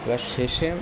এবার শেষে